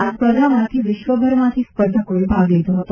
આ સ્પર્ધામાં વિશ્વભરમાંથી સ્પર્કોએ ભાગ લીધો હતો